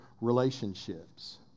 relationships